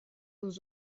aux